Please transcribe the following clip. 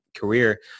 career